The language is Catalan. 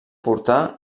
portar